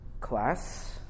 class